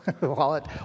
wallet